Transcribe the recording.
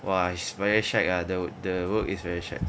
!wah! very shag ah the the work is very shag